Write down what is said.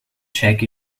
check